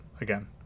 again